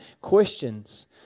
questions